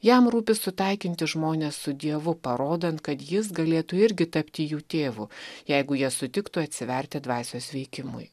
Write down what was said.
jam rūpi sutaikinti žmones su dievu parodant kad jis galėtų irgi tapti jų tėvu jeigu jie sutiktų atsiverti dvasios veikimui